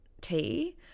tea